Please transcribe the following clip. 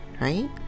right